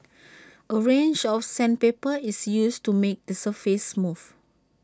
A range of sandpaper is used to make the surface smooth